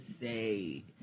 say